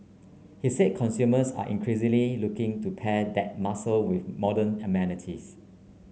he said consumers are increasingly looking to pair that muscle with modern amenities